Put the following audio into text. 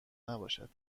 نباشد